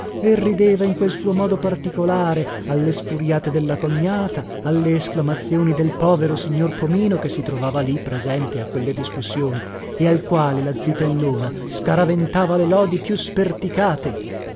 e rideva in quel suo modo particolare alle sfuriate della cognata alle esclamazioni del povero signor pomino che si trovava lì presente a quelle discussioni e al quale la zitellona scaraventava le lodi più sperticate